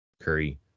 Curry